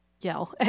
yell